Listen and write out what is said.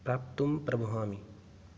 प्राप्तुं प्रभवामि